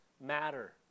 matter